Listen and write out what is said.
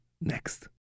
Next